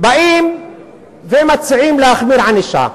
באים ומציעים להחמיר ענישה.